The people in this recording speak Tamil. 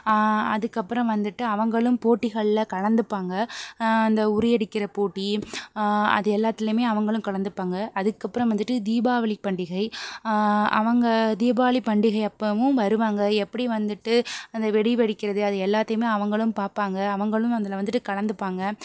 அதுக்கு அப்புறம் வந்துவிட்டு அவங்களும் போட்டிகளில் கலந்துப்பாங்க அந்த உறியடிக்கிற போட்டி அது எல்லாத்துலையுமே அவங்களும் கலந்துப்பாங்க அதுக்கு அப்பறம் வந்துட்டு தீபாவளி பண்டிகை அவங்க தீபாவளி பண்டிகை அப்போவும் வருவாங்க எப்படி வந்துவிட்டு அந்த வெடி வெடிக்கிறது அது எல்லாத்தையுமே அவங்களும் பார்ப்பாங்க அவங்களும் அதில் வந்துவிட்டு கலந்துப்பாங்க